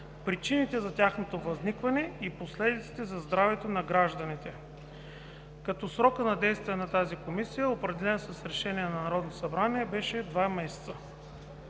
причините за тяхното възникване и последиците за здравето на гражданите. Срокът на действие на тази Комисия, определен с решение на Народното събрание, беше два месеца.